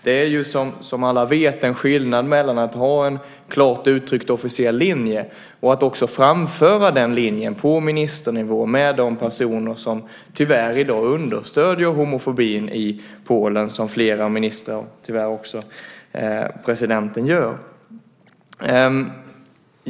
Det är ju som alla vet en skillnad mellan att ha en klart uttryckt officiell linje och att också framföra denna linje på ministernivå till de personer som tyvärr i dag understöder homofobin i Polen, vilket flera ministrar och tyvärr också presidenten gör.